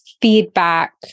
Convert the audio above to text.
feedback